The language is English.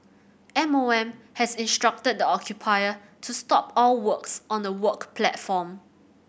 M O M has instructed the occupier to stop all works on the work platform